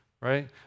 right